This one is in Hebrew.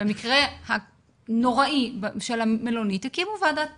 במקרה הנוראי של המלונית הקימו ועדת